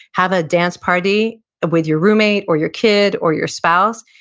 have a dance party with your roommate or your kid or your spouse,